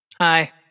Hi